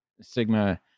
Sigma